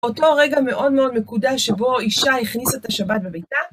אותו רגע מאוד מאוד מקודש שבו אישה הכניסה את השבת בביתה.